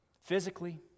physically